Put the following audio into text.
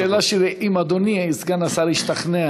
השאלה שלי היא אם אדוני סגן השר השתכנע